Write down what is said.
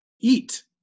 eat